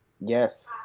Yes